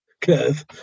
curve